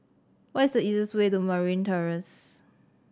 what is the easiest way to Marine Terrace